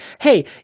Hey